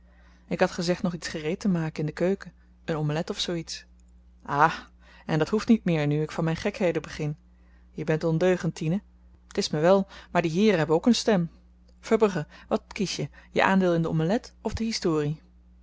ik had gezegd nog iets gereed te maken in de keuken een omelet of zoo iets ah en dat hoeft niet meer nu ik van myn gekheden begin je bent ondeugend tine t is my wel maar die heeren hebben ook een stem verbrugge wat kies je je aandeel in de omelet of de historie